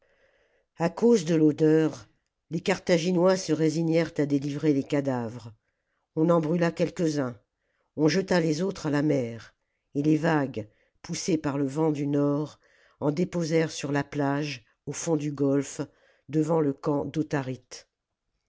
a cause de l'odeur les carthaginois se résignèrent à délivrer les cadavres on en brûla quelques-uns on jeta les autres à la mer et les vagues f oussées par le vent du nord en déposèrent sur a plage au fond du golfe devant le camp d'autharite